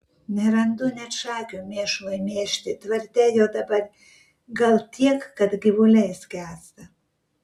nerandu net šakių mėšlui mėžti tvarte jo dabar gal tiek kad gyvuliai skęsta